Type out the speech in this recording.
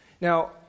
Now